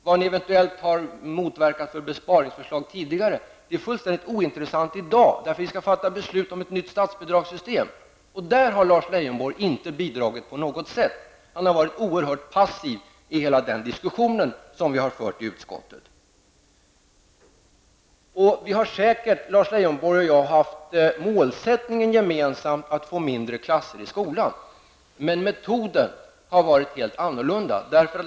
Vad ni eventuellt har motverkat för besparingsförslag tidigare är fullständigt ointressant i dag, eftersom vi skall fatta beslut om ett nytt statsbidragssystem, och i det sammanhanget har Lars Leijonborg inte bidragit på något sätt. Han har varit oerhört passiv i hela den diskussion som vi har fört i utskottet. Lars Leijonborg och jag har säkert haft målsättningen gemensam, dvs. att få mindre klasser i skolan. Men metoderna har varit helt olika.